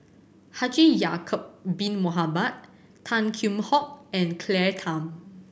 Haji Ya'acob Bin Mohamed Tan Kheam Hock and Claire Tham